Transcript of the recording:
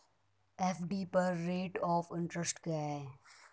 FD पर rate of interest क्या है?